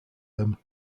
them